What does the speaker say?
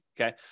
okay